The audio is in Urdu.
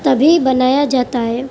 تبھی بنایا جاتا ہے